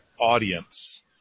audience